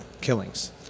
killings